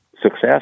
success